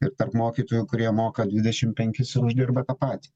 ir tarp mokytojų kurie moka dvidešimt penkis ir uždirba tą patį